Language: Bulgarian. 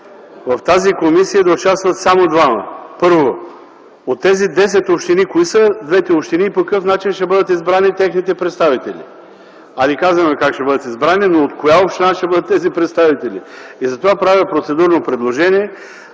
в тази комисия да участват само двама. Първо, от тези десет общини кои ще са двете общини и по какъв начин ще бъдат избрани техните представители, а не казваме как ще бъдат избрани. Но от коя община ще бъдат тези представители? Затова правя процедурно предложение